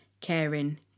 caring